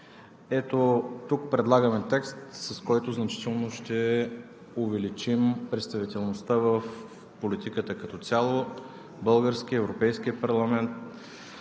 ето тук предлагаме текст, с който значително ще увеличим представителността в политиката като цяло – в българския, в Европейския парламент.